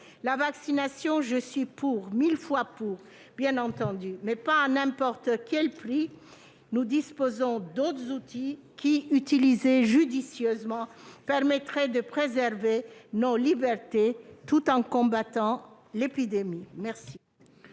La vaccination, je suis pour, mille fois pour, bien entendu, mais pas à n'importe quel prix ! Nous disposons d'autres outils qui, utilisés judicieusement, permettraient de préserver nos libertés, tout en combattant l'épidémie. La